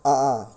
ah ah